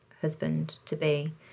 husband-to-be